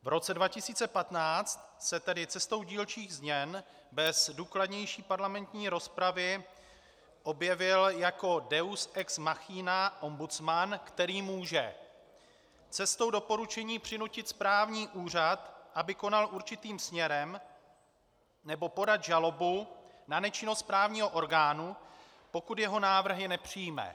V roce 2015 se tedy cestou dílčích změn bez důkladnější parlamentní rozpravy objevil jako deus ex machina ombudsman, který může cestou doporučení přinutit správní úřad, aby konal určitým směrem, nebo podat žalobu na nečinnost správního orgánu, pokud jeho návrhy nepřijme;